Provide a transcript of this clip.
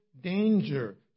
danger